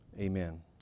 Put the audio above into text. amen